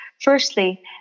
Firstly